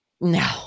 No